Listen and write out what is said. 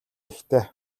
ихтэй